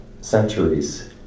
centuries